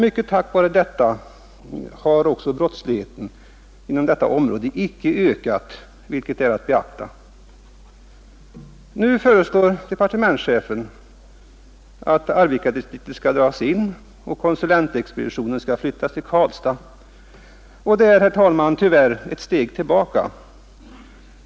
Mycket tack vare detta har också brottsligheten inom detta område icke ökat, vilket är att beakta. Nu föreslår departementschefen att Arvikadistriktet skall dras in och konsulentexpeditionen flyttas till Karlstad. Detta är, herr talman, tyvärr ett steg tillbaka.